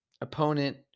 opponent